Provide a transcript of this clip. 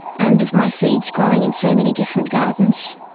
and of my seeds growing in so many different gardens.